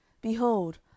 Behold